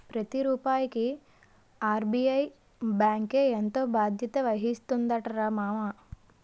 ప్రతి రూపాయికి ఆర్.బి.ఐ బాంకే ఎంతో బాధ్యత వహిస్తుందటరా మామా